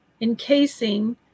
encasing